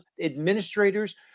administrators